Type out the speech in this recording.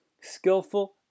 skillful